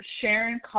Sharon